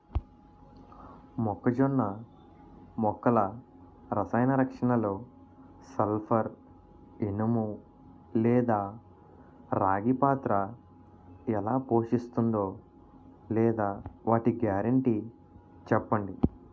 మొక్కజొన్న మొక్కల రసాయన రక్షణలో సల్పర్, ఇనుము లేదా రాగి పాత్ర ఎలా పోషిస్తుందో లేదా వాటి గ్యారంటీ చెప్పండి